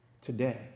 Today